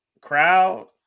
crowd